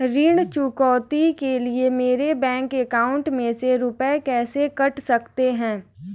ऋण चुकौती के लिए मेरे बैंक अकाउंट में से रुपए कैसे कट सकते हैं?